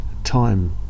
time